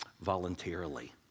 voluntarily